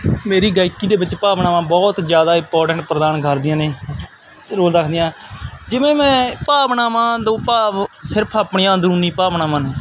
ਮੇਰੀ ਗਾਇਕੀ ਦੇ ਵਿੱਚ ਭਾਵਨਾਵਾਂ ਬਹੁਤ ਜ਼ਿਆਦਾ ਇੰਪੋਰਟੈਂਟ ਪ੍ਰਦਾਨ ਕਰਦੀਆਂ ਨੇ ਰੋਲ ਰੱਖਦੀਆਂ ਜਿਵੇਂ ਮੈਂ ਭਾਵਨਾਵਾਂ ਤੋਂ ਭਾਵ ਸਿਰਫ ਆਪਣੀਆਂ ਅੰਦਰੂਨੀ ਭਾਵਨਾਵਾਂ ਨੇ